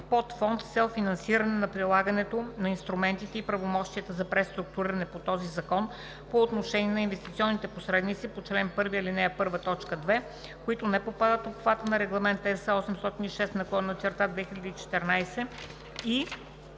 подфонд с цел финансиране на прилагането на инструментите и правомощията за преструктуриране по този закон по отношение на инвестиционните посредници по чл. 1, ал. 1, т. 2, които не попадат в обхвата на Регламент (ЕС) № 806/2014, и